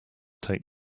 taped